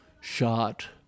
shot